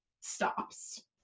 stops